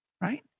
right